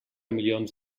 milions